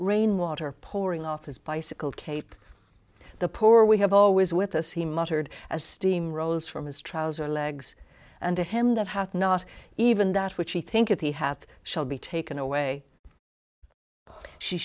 rain water pouring off his bicycle cape the poor we have always with us he muttered as steam rose from his trouser legs and to him that hath not even that which he think if he hath shall be taken away she